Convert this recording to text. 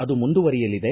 ಅದು ಮುಂದುವರಿಯಲಿದೆ